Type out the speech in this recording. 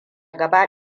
gaba